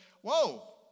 whoa